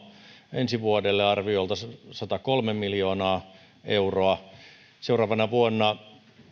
ensi vuodelle on arviolta satakolme miljoonaa euroa seuraavana vuonna